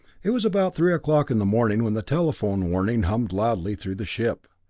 it was about three o'clock in the morning when the telephone warning hummed loudly through the ship.